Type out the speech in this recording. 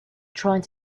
trying